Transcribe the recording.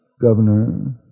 Governor